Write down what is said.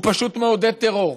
הוא פשוט מעודד טרור.